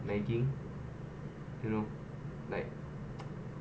nagging you know like